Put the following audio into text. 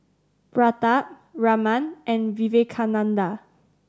Pratap Raman and Vivekananda